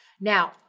Now